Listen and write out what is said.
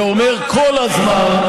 ואומר כל הזמן,